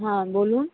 হ্যাঁ বলুন